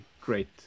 great